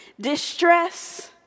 distress